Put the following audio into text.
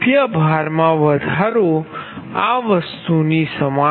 ભાર માં વધારો આ વસ્તુની સમાન છે